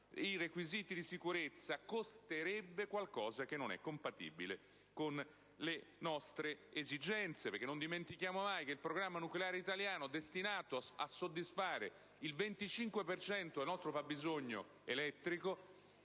requisiti di sicurezza avrebbe un costo incompatibile con le nostre esigenze. Non dimentichiamo che il programma nucleare italiano, destinato a soddisfare il 25 per cento del nostro fabbisogno elettrico,